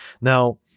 Now